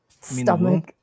Stomach